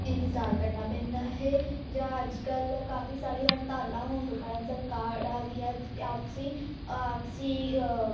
ਇੰਤਜ਼ਾਰ ਕਰਨਾ ਪੈਂਦਾ ਹੈ ਜਾਂ ਅੱਜ ਕੱਲ੍ਹ ਕਾਫ਼ੀ ਸਾਰੀਆਂ ਹੜਤਾਲਾਂ ਹੋਣ ਦੇ ਕਾਰਨ ਸਰਕਾਰਾਂ ਦੀਆਂ ਆਪਸੀ ਆਪਸੀ